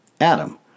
Adam